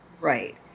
Right